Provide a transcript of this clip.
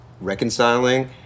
reconciling